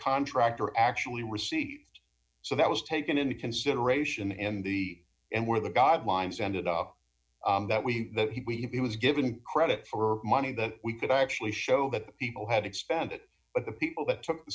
contractor actually received so that was taken into consideration in the end where the guidelines ended up that we he was given credit for money that we could actually show that people had expended but the people that took the